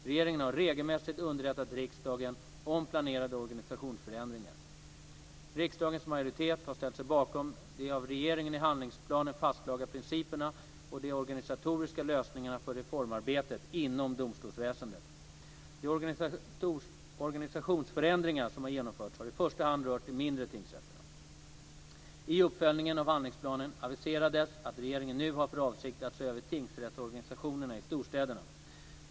Regeringen har regelmässigt underrättat riksdagen om planerade organisationsförändringar. Riksdagens majoritet har ställt sig bakom de av regeringen i handlingsplanen fastlagda principerna och de organisatoriska lösningarna för reformarbetet inom domstolsväsendet De organisationsförändringar som har genomförts har i första hand rört de mindre tingsrätterna. I uppföljningen av handlingsplanen aviserades att regeringen nu har för avsikt att se över tingsrättsorganisationen i storstäderna.